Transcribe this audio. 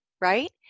right